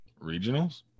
regionals